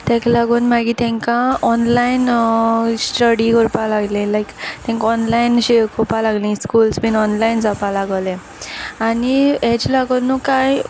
तेक लागोन मागी तेंका ऑनलायन स्टडी कोरपा लायलें लायक तेंक ऑनलायन शिकोवपा लागलीं स्कुल्स बीन ऑनलायन जावपा लागोलें आनी अेज लागोन न्हू कांय